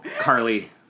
Carly